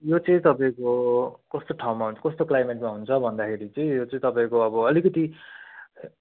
यो चाहिँ तपाईँको कस्तो ठाउँमा हुन्छ कस्तो क्लाइमेटमा हुन्छ भन्दाखेरि चाहिँ यो चाहिँ तपाईँको अब अलिकति